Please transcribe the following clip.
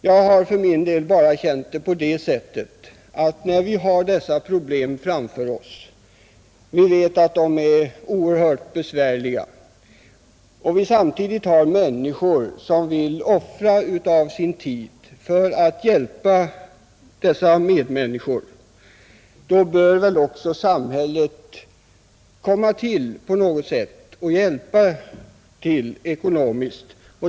Jag har för min del känt det så att när vi nu har dessa problem — vi vet att de är oerhört besvärliga — och när det samtidigt finns människor som vill offra av sin tid för att hjälpa sina medmänniskor, så bör väl också samhället på något sätt träda in och hjälpa till ekonomiskt.